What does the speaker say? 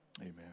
Amen